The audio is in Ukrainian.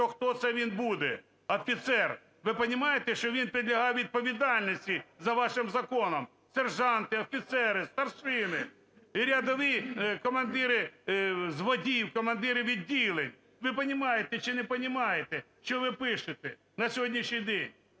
то хто це він буде, офіцер. Ви понимаете, що він підлягає відповідальності за вашим законом: сержанти, офіцери, старшини і рядові, командири відділень. Ви понімаєте чи не понімаєте, що ви пишете? На сьогоднішній день